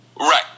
Right